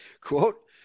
Quote